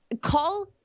Call